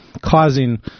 causing